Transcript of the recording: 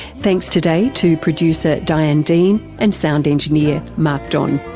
thanks today to producer diane dean and sound engineer mark don.